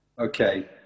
Okay